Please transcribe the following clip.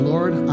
Lord